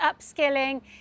upskilling